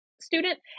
student